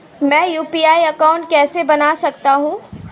मैं UPI account कैसे बना सकता हूं?